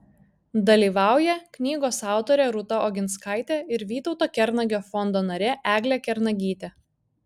dalyvauja knygos autorė rūta oginskaitė ir vytauto kernagio fondo narė eglė kernagytė